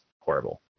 horrible